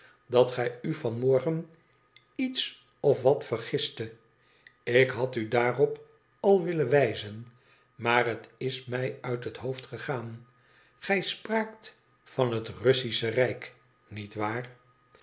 dat gij u van morgen iets of wat vergistet ik had u daarop al willen wijzen milar het is mij uit mijn hoofd gegaan gij spraakt van het russische rijk niet waar